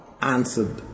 answered